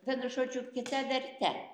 vienu žodžiu kita verte